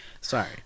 Sorry